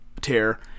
tear